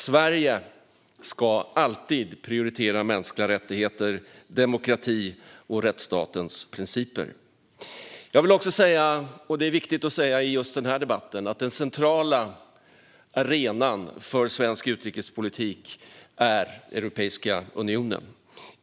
Sverige ska alltid prioritera mänskliga rättigheter, demokrati och rättsstatens principer. Jag vill också säga - och det är viktigt i just denna debatt - att den centrala arenan för svensk utrikespolitik är Europeiska unionen.